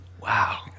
Wow